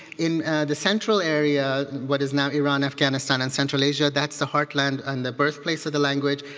in the central area, what is now iran, afghanistan and central asia, that's the heartland and the birthplace of the language.